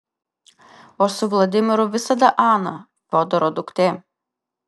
o su vladimiru visada ana fiodoro duktė